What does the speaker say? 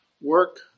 work